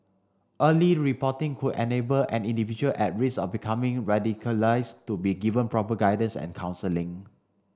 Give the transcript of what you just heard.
early reporting could enable an individual at risk of becoming radicalised to be given proper guidance and counselling